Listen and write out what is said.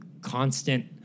constant